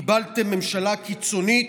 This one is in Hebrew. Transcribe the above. קיבלתם ממשלה קיצונית,